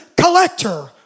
collector